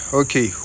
okay